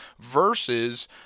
versus